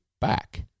back